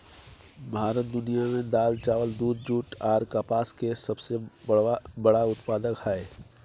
भारत दुनिया में दाल, चावल, दूध, जूट आर कपास के सबसे बड़ा उत्पादक हय